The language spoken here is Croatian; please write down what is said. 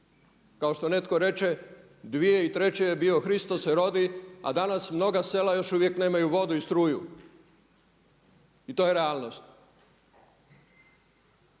Kao što netko reče 2003. je bio Hristos se rodi, a danas mnoga sela još uvijek nemaju vodu i struju i to je realnost.